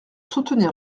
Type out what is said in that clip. soutenir